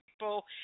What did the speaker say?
people